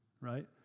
right